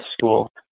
School